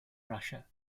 russia